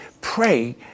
pray